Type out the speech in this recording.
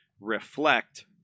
reflect